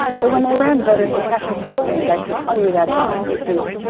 so when they ran voter suppression campaigns, i can tell you that in some cases,